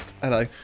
Hello